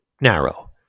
narrow